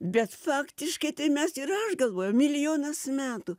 bet faktiškai tai mes ir aš galvojau milijonas metų